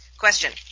Question